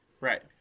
Right